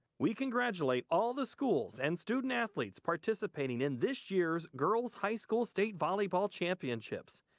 we congratulate all the schools and student athletes participating in this year's girls high school state volleyball championships.